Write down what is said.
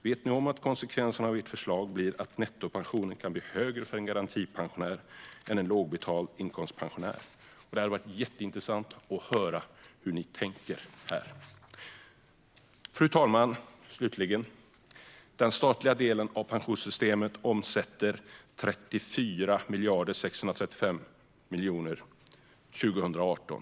Vet ni om att konsekvensen av ert förslag blir att nettopensionen kan bli högre för en garantipensionär än en lågbetald inkomstpensionär? Det skulle vara jätteintressant att höra hur ni tänker. Fru talman! Den statliga delen av pensionssystemet omsätter 34 635 000 000 år 2018.